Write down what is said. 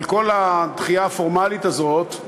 אבל כל הדחייה הפורמלית הזאת,